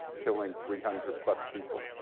killing three hundred plus people?